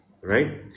Right